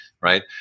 Right